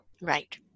Right